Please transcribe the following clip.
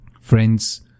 Friends